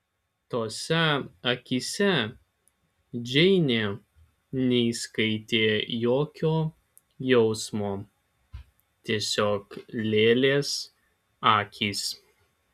tose akyse džeinė neįskaitė jokio jausmo tiesiog lėlės akys